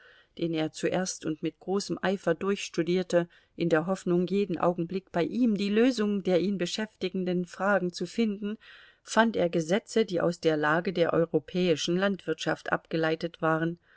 den er zuerst und mit großem eifer durchstudierte in der hoffnung jeden augenblick bei ihm die lösung der ihn beschäftigenden fragen zu finden fand er gesetze die aus der lage der europäischen landwirtschaft abgeleitet waren